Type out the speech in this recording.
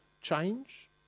change